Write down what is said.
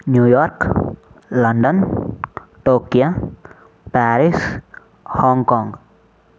New York London Tokyo Paris Hong Kong